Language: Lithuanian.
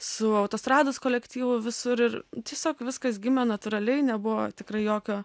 su autostrados kolektyvu visur ir tiesiog viskas gimė natūraliai nebuvo tikrai jokio